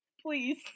please